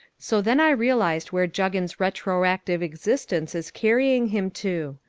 so then i realised where juggins retroactive existence is carrying him to.